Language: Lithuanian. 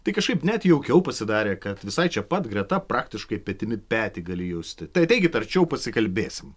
tai kažkaip net jaukiau pasidarė kad visai čia pat greta praktiškai petimi petį gali justi tai ateikit arčiau pasikalbėsim